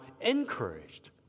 encouraged